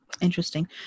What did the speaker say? interesting